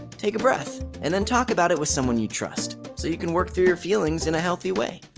take a breath and then talk about it with someone you trust so you can work through your feelings in a healthy way.